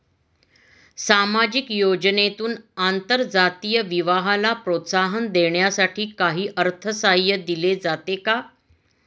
सामाजिक योजनेतून आंतरजातीय विवाहाला प्रोत्साहन देण्यासाठी काही अर्थसहाय्य दिले जाते का?